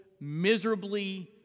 miserably